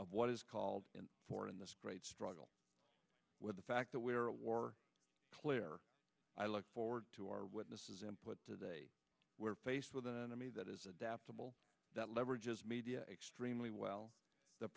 of what is called for in this great struggle with the fact that we are at war claire i look forward to our witnesses input today we're faced with an emmy that is adaptable that leverage is media extremely well